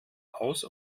aus